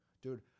Dude